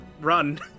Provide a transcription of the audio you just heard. run